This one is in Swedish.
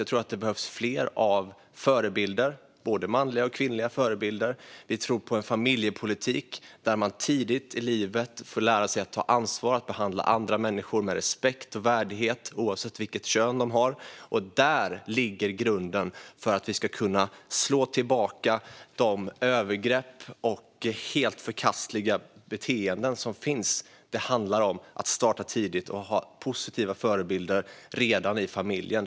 Jag tror att det behövs fler förebilder, både manliga och kvinnliga. Vi tror på en familjepolitik som innebär att man tidigt i livet ska få lära sig att ta ansvar och att behandla andra människor med respekt och värdighet - oavsett vilket kön de har. Där ligger grunden för att kunna slå tillbaka de övergrepp och helt förkastliga beteenden som finns. Det handlar om att starta tidigt och att ha positiva förebilder redan i familjen.